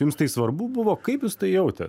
jums tai svarbu buvo kaip jūs tai jautėt